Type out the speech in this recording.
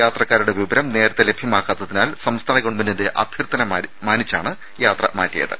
യാത്രക്കാരുടെ വിവരം നേരത്തെ ലഭ്യമാക്കാത്തതിനാൽ സംസ്ഥാന ഗവൺമെന്റിന്റെ അഭ്യർത്ഥന മാനിച്ചാണ് യാത്ര മാറ്റിയത്